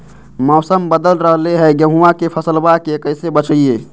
मौसम बदल रहलै है गेहूँआ के फसलबा के कैसे बचैये?